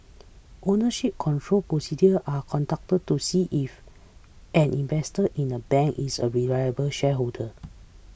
ownership control procedure are conducted to see if an investor in a bank is a reliable shareholder